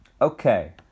Okay